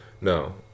no